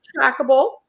trackable